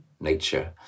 nature